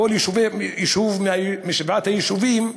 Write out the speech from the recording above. בכל יישוב משבעת היישובים,